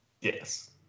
Yes